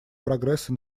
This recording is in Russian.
прогресса